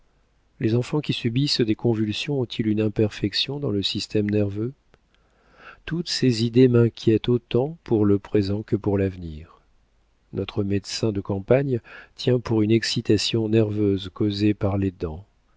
les enfants qui subissent des convulsions ont-ils une imperfection dans le système nerveux toutes ces idées m'inquiètent autant pour le présent que pour l'avenir notre médecin de campagne tient pour une excitation nerveuse causée par les dents